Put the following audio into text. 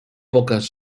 poques